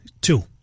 Two